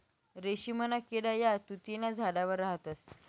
रेशीमना किडा या तुति न्या झाडवर राहतस